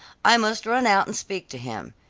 i must run out and speak to him,